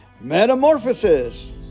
metamorphosis